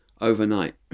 overnight